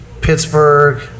Pittsburgh